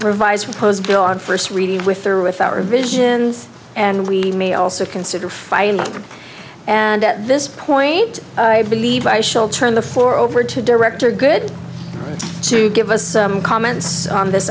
revised repos bill on first reading with or without revisions and we may also consider fighting and at this point i believe i shall turn the floor over to director good to give us some comments on this